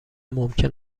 ممکن